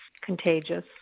contagious